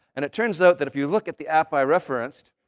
and it turns out that if you looked at the app i referenced,